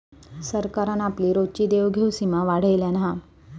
सरकारान आपली रोजची देवघेव सीमा वाढयल्यान हा